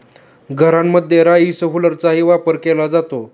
घरांमध्ये राईस हुलरचाही वापर केला जातो